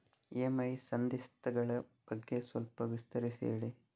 EMI ಸಂಧಿಸ್ತ ಗಳ ಬಗ್ಗೆ ನಮಗೆ ಸ್ವಲ್ಪ ವಿಸ್ತರಿಸಿ ಹೇಳಿ